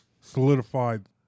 solidified